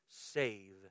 save